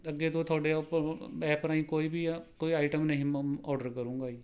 ਅੱਗੇ ਤੋਂ ਤੁਹਾਡੇ ਐਪ ਰਾਹੀਂ ਕੋਈ ਵੀ ਆ ਕੋਈ ਆਈਟਮ ਨਹੀਂ ਮ ਔਰਡਰ ਕਰੂੰਗਾ ਜੀ